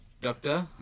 doctor